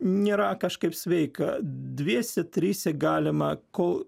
nėra kažkaip sveika dviese trise galima kol